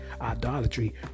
idolatry